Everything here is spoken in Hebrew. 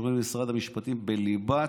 שקשורים למשרד המשפטים בליבת,